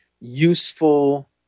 useful